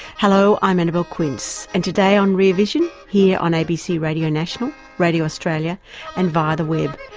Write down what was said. hello, i'm annabelle quince and today on rear vision here on abc radio national, radio australia and via the web,